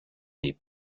des